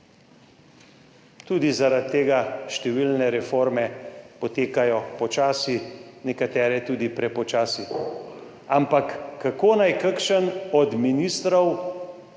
Tudi zaradi tega številne reforme potekajo počasi, nekatere tudi prepočasi, ampak kako naj kakšen od ministrov